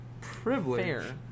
privilege